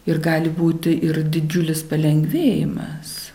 ir gali būti ir didžiulis palengvėjimas